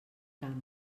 camp